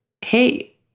hey